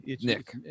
Nick